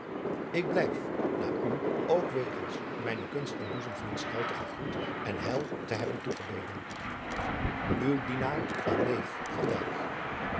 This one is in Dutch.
ik blijf na u ook wegens mijnen kunst en boezemvriend schelte gegroet en heil te hebben toegebeden uw dv dienaar en neef